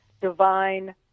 divine